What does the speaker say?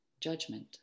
judgment